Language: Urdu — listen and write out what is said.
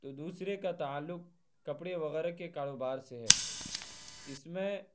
تو دوسرے کا تعلق کپڑے وغیرہ کے کاروبار سے ہے اس میں